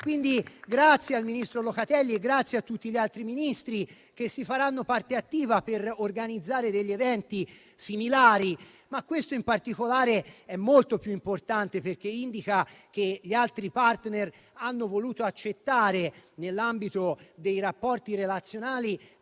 quindi il ministro Locatelli e tutti gli altri Ministri che si faranno parte attiva per organizzare degli eventi similari. Questo in particolare, però, è molto più importante perché indica che gli altri *partner* hanno voluto accettare, nell'ambito dei rapporti relazionali,